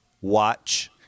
watch